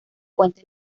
fuentes